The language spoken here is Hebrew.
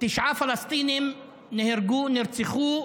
תשעה פלסטינים נהרגו, נרצחו,